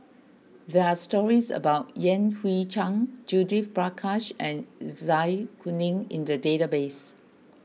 there are stories about Yan Hui Chang Judith Prakash and Zai Kuning in the database